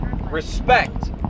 respect